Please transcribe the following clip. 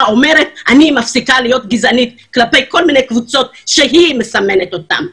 אומרת שאני מפסיקה להיות גזענית כלפי כל מיני קבוצות שהיא מסמנת אותן.